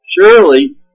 surely